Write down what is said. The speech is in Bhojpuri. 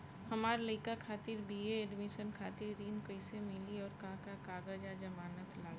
हमार लइका खातिर बी.ए एडमिशन खातिर ऋण कइसे मिली और का का कागज आ जमानत लागी?